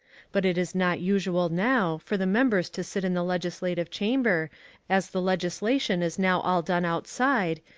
but it is not usual now for the members to sit in the legislative chamber as the legislation is now all done outside,